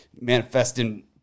manifesting